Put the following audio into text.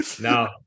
No